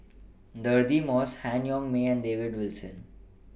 Deirdre Moss Han Yong May and David Wilson